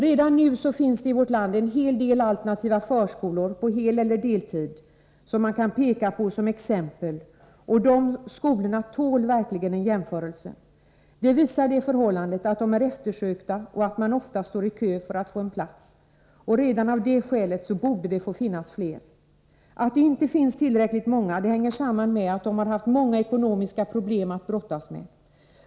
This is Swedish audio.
Redan nu finns det i vårt land en hel del alternativa förskolor på heleller deltid som man kan peka på som exempel. De skolorna tål verkligen en jämförelse. Det visar det förhållandet att de är eftersökta och att man ofta står i kö för att få en plats där. Redan av det skälet borde det få finnas fler. Att det inte finns tillräckligt många hänger samman med att dessa skolor har haft många ekonomiska problem att brottas med.